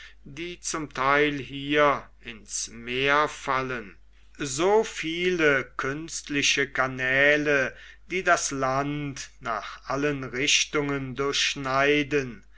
die zum theil hier ins meer fallen so viele künstliche kanäle die das land nach allen richtungen durchschneiden